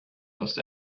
los